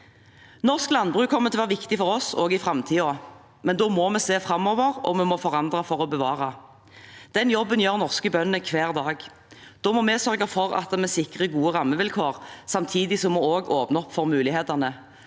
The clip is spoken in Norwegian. Norsk landbruk kommer til å være viktig for oss også i framtiden, men da må vi se framover, og vi må forandre for å bevare. Den jobben gjør norske bønder hver dag. Da må vi sørge for at vi sikrer gode rammevilkår, samtidig som vi åpner for mulighetene.